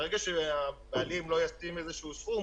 ברגע שהבעלים לא ישים איזשהו סכום,